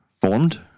formed